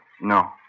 No